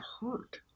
hurt